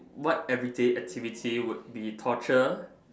what everyday activity would be torture